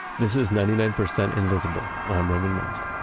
this is ninety nine percent invisible. i'm roman mars